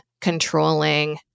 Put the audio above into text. controlling